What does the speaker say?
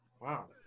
Wow